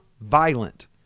violent